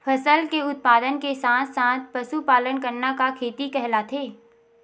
फसल के उत्पादन के साथ साथ पशुपालन करना का खेती कहलाथे?